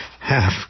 half